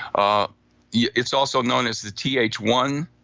ah yeah it's also known as the t h one